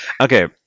Okay